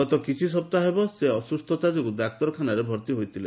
ଗତ କିଛିସପ୍ତାହ ହେବ ଅସୁସ୍ଥତା ଯୋଗୁଁ ସେ ଡାକ୍ତରଖାନାରେ ଭର୍ତ୍ତି ହୋଇଥିଲେ